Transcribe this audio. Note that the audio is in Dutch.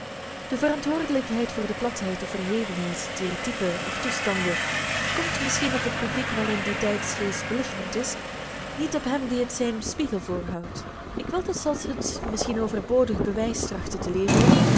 de verantwoordelijkheid voor de platheid of verhevenheid dier typen of toestanden komt misschien marcellus emants een drietal novellen op het publiek waarin die tijdgeest belichaamd is niet op hem die het zijn spiegel voorhoudt ik wil tot slot het misschien overbodig bewijs trachten te leveren